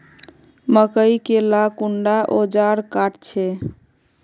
मकई के ला कुंडा ओजार काट छै?